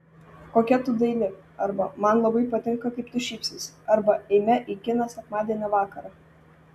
kokia tu daili arba man labai patinka kaip tu šypsaisi arba eime į kiną sekmadienio vakarą